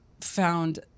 found